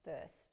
first